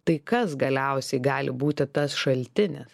tai kas galiausiai gali būti tas šaltinis